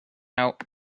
out